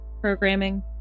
programming